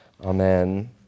Amen